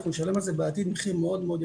אנחנו נשלם על זה בעתיד מחיר מאוד יקר.